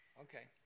Okay